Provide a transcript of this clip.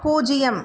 பூஜ்யம்